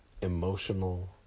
emotional